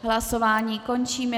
Hlasování končím.